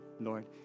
Lord